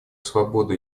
свободу